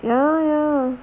ya ya